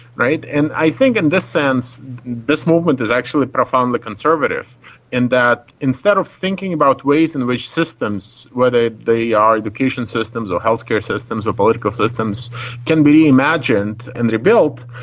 and i think in this sense this movement is actually profoundly conservative in that instead of thinking about ways in which systems, whether they are education systems or healthcare systems or political systems can be imagined and rebuilt,